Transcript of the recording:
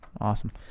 Awesome